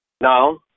No